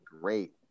great